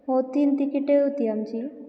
हो तीन तिकिटे होती आमची